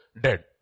dead